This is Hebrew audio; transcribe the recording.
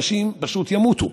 אנשים פשוט ימותו.